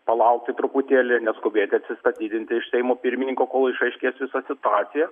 palaukti truputėlį ir neskubėti atsistatydinti iš seimo pirmininko kol išaiškės visa situacija